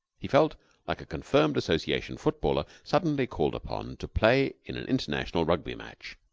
he felt like a confirmed association footballer suddenly called upon to play in an international rugby match.